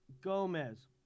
Gomez